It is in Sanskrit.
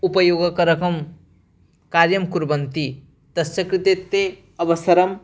उपयोगकरं कार्यं कुर्वन्ति तस्य कृते ते अवसरं